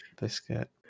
biscuit